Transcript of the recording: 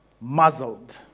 muzzled